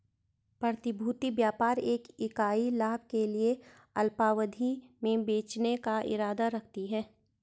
प्रतिभूति व्यापार एक इकाई लाभ के लिए अल्पावधि में बेचने का इरादा रखती है